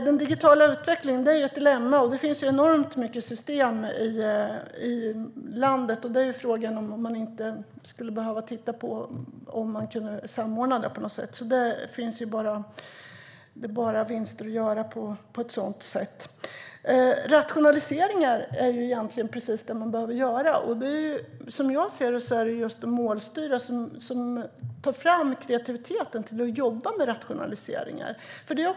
Den digitala utvecklingen är ett dilemma. Det finns enormt många system i landet, och frågan är om man inte behöver titta på om man skulle kunna samordna dem på något sätt. Det finns bara vinster att göra på så sätt. Rationaliseringar är precis det man behöver göra. Som jag ser det är det just det målstyrda som tar fram kreativiteten till att jobba med rationaliseringar.